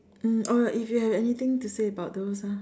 um or like if you have anything to say about those ah